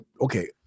okay